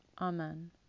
Amen